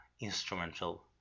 instrumental